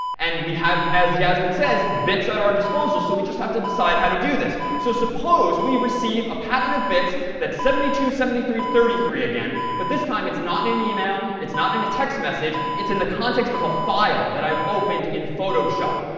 and we have, as yasmin says, bits at our disposal. so we just have to decide how to do this. so suppose we receive a pattern of bits, that seventy two, seventy three, thirty three again, but this time it's not an email. it's not in a text message. it's in the context of a file that i've opened in photoshop.